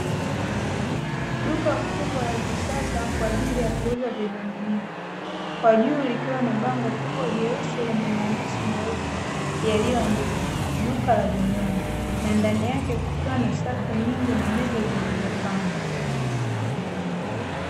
Duka kubwa la kisasa kwa ajili ya kuuza vimiminika, kwa juu likiwa na bango kubwa jeusi lenye maandishi meupe yaliyoandikwa duka la vinywaji na ndani yake kukiwa na safu nyingi na meza zilizopangwa.